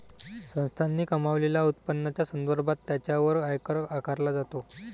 संस्थांनी कमावलेल्या उत्पन्नाच्या संदर्भात त्यांच्यावर आयकर आकारला जातो